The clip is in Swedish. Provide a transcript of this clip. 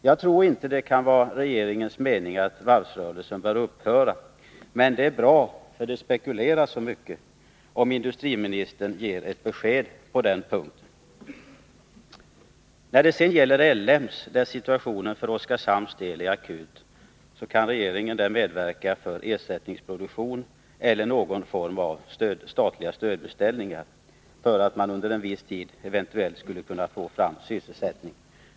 Jag tror inte att det kan vara regeringens mening att varvsrörelsen bör upphöra, men eftersom det spekuleras så mycket är det bra om industriministern ger ett besked på den punkten. När det gäller LM Ericsson är situationen för Oskarshamns del akut. Regeringen kan här medverka med ersättningsproduktion eller någon form avstatliga stödbeställningar, för att man under viss tid eventuellt skall kunna få fram sysselsättning.